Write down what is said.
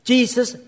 Jesus